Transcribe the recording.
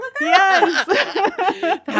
Yes